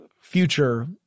future